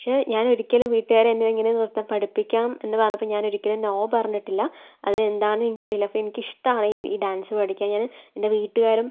പക്ഷെ ഞാനൊരിക്കലും വീട്ടുകാരെന്നെ ഇങ്ങനെ നൃത്തം പഠിപ്പിക്കാം എന്ന് പറഞ്ഞപ്പോൾ ഞാനൊരിക്കലും നോ പറഞ്ഞിട്ടില്ല അതെന്താണെന്നെനിക്കറിയില്ല അപ്പം എനിക്കിഷ്ടമാണ് ഈ ഡാൻസ് പഠിക്കാൻ ഞാന് എൻ്റെ വീട്ടുകാരും